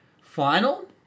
final